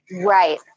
right